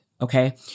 Okay